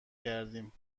کردیم